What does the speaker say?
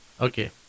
Okay